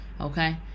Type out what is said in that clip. Okay